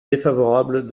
défavorable